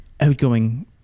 Outgoing